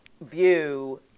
view